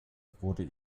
wurde